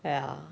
ya